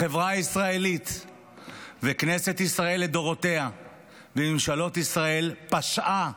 החברה הישראלית וכנסת ישראל לדורותיה וממשלות ישראל פשעו